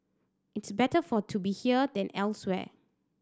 it's better for to be here than elsewhere